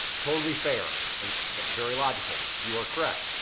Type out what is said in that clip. totally fair and very logical, you are correct.